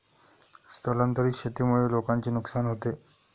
स्थलांतरित शेतीमुळे लोकांचे नुकसान होते